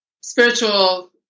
spiritual